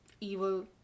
evil